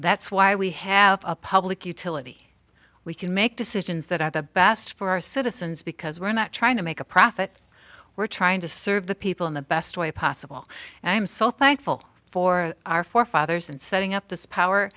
that's why we have a public utility we can make decisions that are the best for our citizens because we're not trying to make a profit we're trying to serve the people in the best way possible and i'm so thankful for our forefathers in setting up this power